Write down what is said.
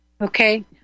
Okay